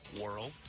world